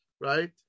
right